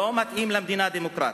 לא מתאים למדינה דמוקרטית.